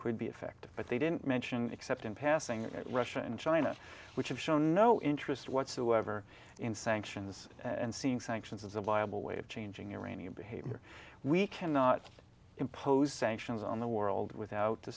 could be effective but they didn't mention except in passing russia and china which have shown no interest whatsoever in sanctions and seeing sanctions as a viable way of changing iranian behavior we cannot impose sanctions on the world without the